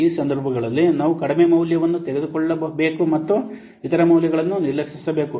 ಈ ಸಂದರ್ಭಗಳಲ್ಲಿ ನಾವು ಕಡಿಮೆ ಮೌಲ್ಯವನ್ನು ತೆಗೆದುಕೊಳ್ಳಬೇಕು ಮತ್ತು ಇತರ ಮೌಲ್ಯಗಳನ್ನು ನಿರ್ಲಕ್ಷಿಸಬೇಕು